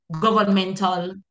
governmental